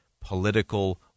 political